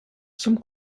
some